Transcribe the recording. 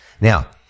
Now